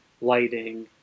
lighting